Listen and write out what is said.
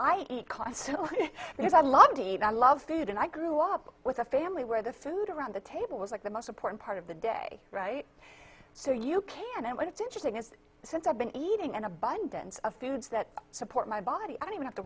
i eat cost because i love to eat and love food and i grew up with a family where the food around the table was like the most important part of the day right so you can and it's interesting is since i've been eating an abundance of foods that support my body i don't even have to